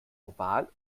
oval